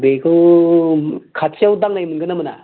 बेखौ खाथियाव दांनायनो मोनगोनना मोना